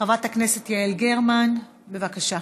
חברת הכנסת יעל גרמן, בבקשה.